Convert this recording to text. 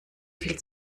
viel